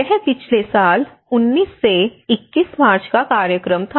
यह पिछले साल 19 से 21 मार्च का कार्यक्रम था